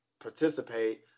participate